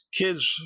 kids